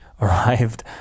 arrived